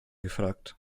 gefragt